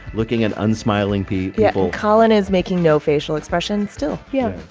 looking at unsmiling people yeah. and collin is making no facial expression still yeah.